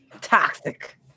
toxic